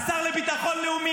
השר לביטון לאומי,